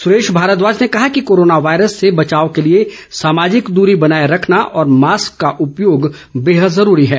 सुरेश भारद्वाज ने कहा कि कोरोना वायरस से बचाव के लिए सामाजिक दूरी बनाए रखना और मास्क का उपयोग बेहद जरूरी है